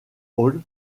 hall